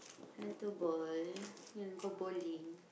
want to bowl you want go bowling